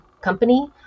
company